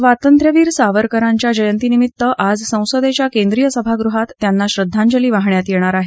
स्वातंत्र्यवीर सावरकरांच्या जयंती निमित्त आज संसदेच्या केंद्रीय सभागृहात त्यांना श्रद्वांजली वाहण्यात येणार आहे